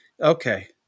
Okay